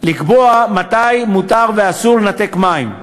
לקבוע מתי מותר ומתי אסור לנתק מים.